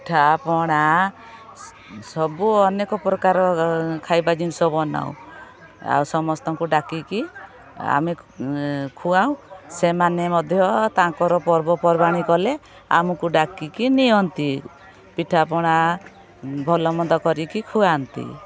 ପିଠାପଣା ସବୁ ଅନେକ ପ୍ରକାର ଖାଇବା ଜିନିଷ ବନାଉ ଆଉ ସମସ୍ତଙ୍କୁ ଡାକିକି ଆମେ ଖୁଆଉ ସେମାନେ ମଧ୍ୟ ତାଙ୍କର ପର୍ବପର୍ବାଣି କଲେ ଆମକୁ ଡାକିକି ନିଅନ୍ତି ପିଠାପଣା ଭଲମନ୍ଦ କରିକି ଖୁଆନ୍ତି